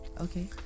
Okay